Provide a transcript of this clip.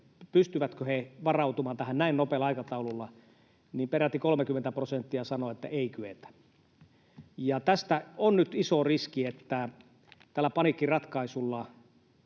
pystyvätkö he varautumaan tähän näin nopealla aikataululla, niin peräti 30 prosenttia sanoo, että ei kyetä. Tässä on nyt iso riski, että tällä paniikkiratkaisulla